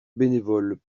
bénévoles